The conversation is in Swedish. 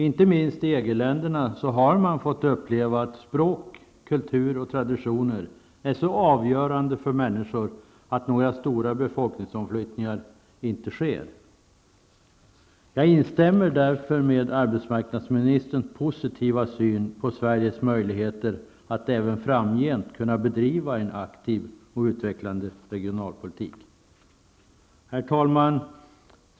Inte minst i EG-länderna har man fått uppleva att språk, kultur och traditioner är så avgörande för människor att några stora befolkningsomflyttningar inte sker. Jag instämmer därför i arbetsmarknadsministerns positiva syn på Sveriges möjligheter att även framgent kunna bedriva en aktiv och utvecklande regionalpolitik. Herr talman!